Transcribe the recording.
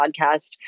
podcast